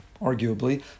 arguably